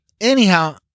anyhow